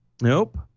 Nope